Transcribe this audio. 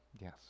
yes